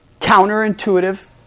counterintuitive